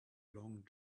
long